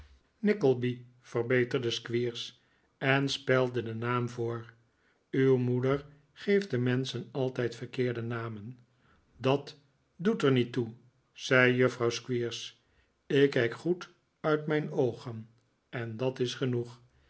nickleby verbeterde squeers en spelde den naam voor uw moeder geeft de menschen altijd verkeerde namen dat doet er niet toe zei juffrouw squeers ik kijk goed uit mijn oogen en dat is genoeg